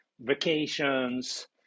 vacations